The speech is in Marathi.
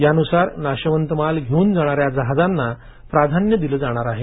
यानुसार नाशवंत माल घेऊन जाणाऱ्या जहाजांना प्राधान्य दिलं जाणार आहे